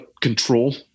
control